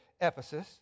Ephesus